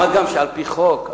3. מה ייעשה לשינוי המצב?